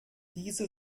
diese